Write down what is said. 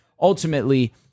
ultimately